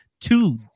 two